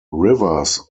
rivers